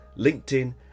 LinkedIn